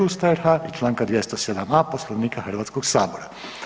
Ustava RH i članka 207.a Poslovnika Hrvatskoga sabora.